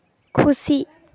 ᱠᱷᱩᱥᱤ